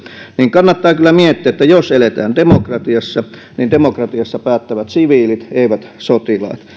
kannattaa kyllä miettiä että jos eletään demokratiassa niin demokratiassa päättävät siviilit eivät sotilaat